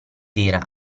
era